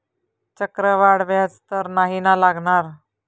चक्रवाढ व्याज तर नाही ना लागणार?